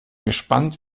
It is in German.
gespannt